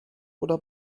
oder